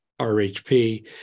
RHP